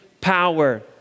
power